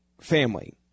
family